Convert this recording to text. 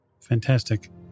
Fantastic